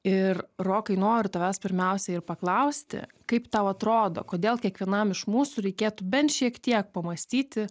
ir rokai noriu tavęs pirmiausiai ir paklausti kaip tau atrodo kodėl kiekvienam iš mūsų reikėtų bent šiek tiek pamąstyti